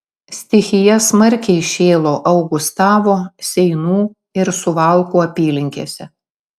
stichija smarkiai šėlo augustavo seinų ir suvalkų apylinkėse